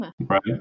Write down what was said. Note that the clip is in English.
Right